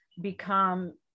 become